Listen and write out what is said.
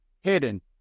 hidden